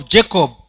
Jacob